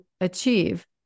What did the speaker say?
achieve